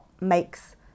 makes